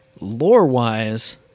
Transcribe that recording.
lore-wise